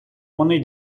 вони